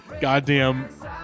goddamn